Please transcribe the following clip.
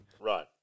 Right